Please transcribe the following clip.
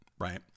right